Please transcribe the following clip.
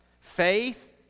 Faith